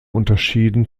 unterschieden